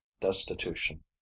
destitution